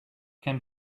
can